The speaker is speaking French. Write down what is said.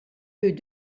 peut